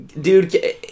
Dude